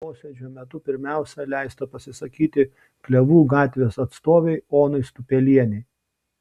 posėdžio metu pirmiausia leista pasisakyti klevų gatvės atstovei onai stupelienei